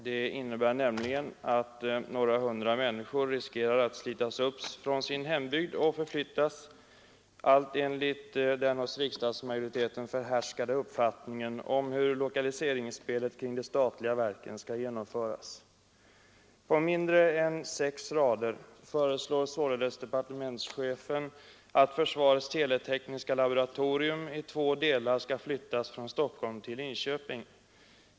De innebär nämligen att några hundra människor riskerar att slitas upp från sin hembygd och förflyttas, allt enligt den hos riksdagsmajoriteten förhärskande uppfattningen om hur lokaliseringsspelet kring de statliga verken skall genomföras. På mindre än sex rader föreslår således departementschefen att försvarets teletekniska laboratorium i två delar skall flyttas från Stockholm till Linköping.